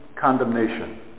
condemnation